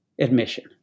admission